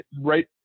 right